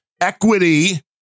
equity